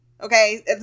okay